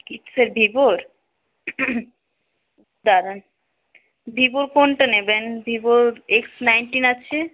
কিসের ভিভোর দাঁড়ান ভিভোর কোনটা নেবেন ভিভোর এক্স নাইন্টিন আছে